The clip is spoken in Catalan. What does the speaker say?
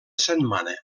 setmana